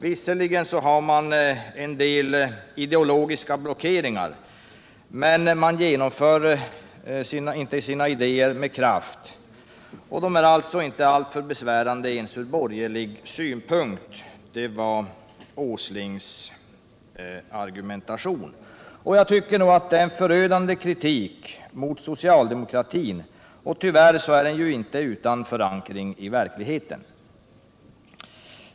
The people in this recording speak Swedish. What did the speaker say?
Visserligen har man en del ideologiska blockeringar, men man genomför inte sina idéer med kraft, och de är alltså inte alltför besvärande ens ur borgerlig synpunkt. — Det var Åslings argumentation. Jag tycker att det är en förödande kritik mot socialdemokratin — och tyvärr är den inte utan förankring i verkligheten.